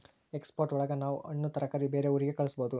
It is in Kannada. ಎಕ್ಸ್ಪೋರ್ಟ್ ಒಳಗ ನಾವ್ ಹಣ್ಣು ತರಕಾರಿ ಬೇರೆ ಊರಿಗೆ ಕಳಸ್ಬೋದು